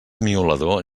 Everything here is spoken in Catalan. miolador